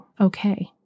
okay